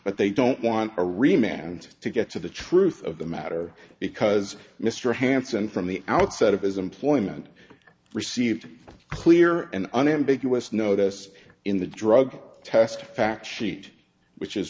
but they don't want a rematch and to get to the truth of the matter because mr hanssen from the outset of his employment received a clear and unambiguous notice in the drug test a fact sheet which is